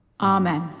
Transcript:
Amen